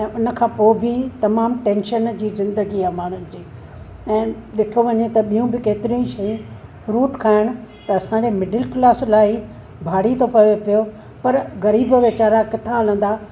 ऐं उन खां पोइ बि तमामु टेंशन जी ज़िंदगी आहे माण्हूनि जी ऐं ॾिठो वञे त ॿियूं बि केतिरियूं शयूं फ्रूट खाइणु त असांखे मिडिल क्लास लाइ भारी थो पये पियो पर ग़रीब वेचारा किथां हलंदा